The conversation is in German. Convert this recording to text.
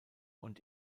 und